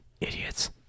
Idiots